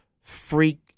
freak